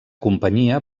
companyia